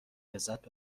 لذت